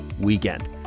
weekend